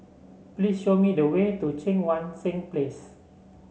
please show me the way to Cheang Wan Seng Place